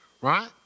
right